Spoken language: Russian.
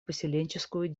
поселенческую